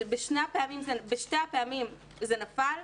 ובשתי הפעמים זה נפל.